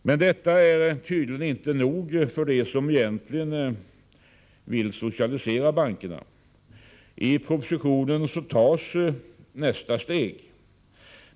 Men detta är tydligen inte nog för dem som egentligen vill socialisera bankerna. I propositionen tas nästa steg.